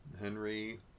Henry